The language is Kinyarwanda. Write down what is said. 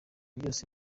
byose